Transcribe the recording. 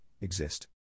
exist